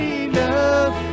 enough